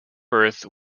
birth